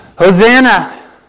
Hosanna